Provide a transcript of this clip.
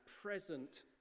present